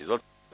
Izvolite.